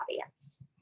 audience